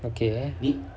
okay